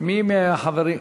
מי מהחברים?